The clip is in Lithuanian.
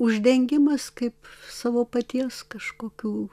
uždengimas kaip savo paties kažkokių